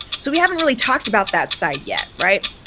so we haven't really talked about that side yet, right?